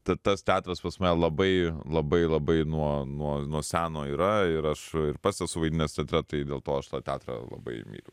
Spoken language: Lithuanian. ta tas teatras pas mane labai labai labai nuo nuo nuo seno yra ir aš pats esu vaidinęs teatre tai dėl to aš tą teatrą labai myliu